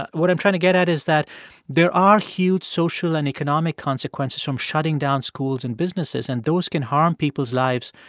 what i'm trying to get at is that there are huge social and economic consequences from shutting down schools and businesses, and those can harm people's lives,